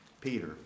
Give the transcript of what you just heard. Peter